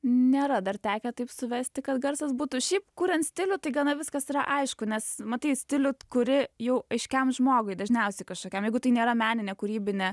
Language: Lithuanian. nėra dar tekę taip suvesti kad garsas būtų šiaip kuriant stilių tai gana viskas yra aišku nes matai stilių kuri jau aiškiam žmogui dažniausiai kažkokiam jeigu tai nėra meninė kūrybinė